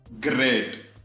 Great